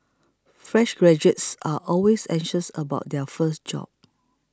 fresh graduates are always anxious about their first job